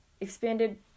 expanded